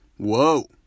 Whoa